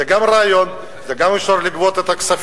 זה גם רעיון, זו גם אפשרות לגבות את הכספים.